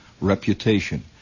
reputation